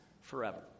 forever